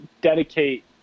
dedicate